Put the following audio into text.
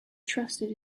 trusted